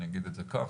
אני אגיד את זה כך,